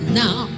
now